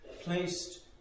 placed